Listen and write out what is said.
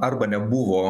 arba nebuvo